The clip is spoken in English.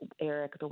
Eric